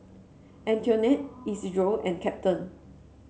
Antoinette Isidro and Captain